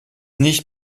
nicht